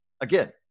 again